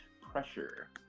pressure